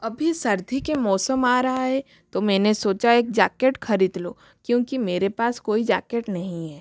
अभी सर्दी के मौसम आ रहा है तो मैंने सोचा एक जाकेट ख़रीद लूँ क्योंकि मेरे पास कोई जैकेट नहीं हैं